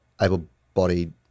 able-bodied